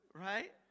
Right